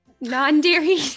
non-dairy